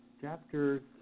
chapter